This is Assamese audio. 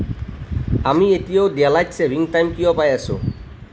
আমি এতিয়াও ডেলাইট চেভিং টাইম কিয় পাই আছোঁ